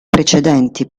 precedenti